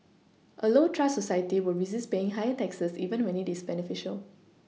a low trust society will resist paying higher taxes even when it is beneficial